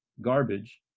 garbage